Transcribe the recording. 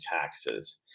taxes